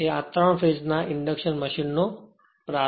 તેથી આ 3 ફેજ ના ઇન્ડક્શન મોટરનો પ્રારંભ છે